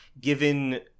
given